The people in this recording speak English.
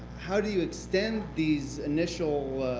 how do you extend these initial